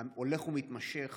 ההולך ומתמשך